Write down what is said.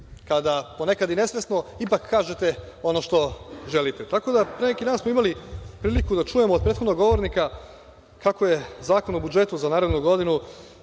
Kada po nekad i nesvesno ipak kažete ono što želite. Tako da pre neki dan smo imali priliku da čujemo od prethodnog govornika kako je Zakon o budžetu za narednu godinu